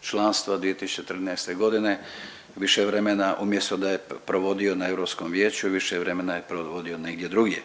članstva 2013.g. više vremena umjesto da je provodio na Europskom vijeću više vremena je provodio negdje drugdje.